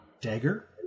dagger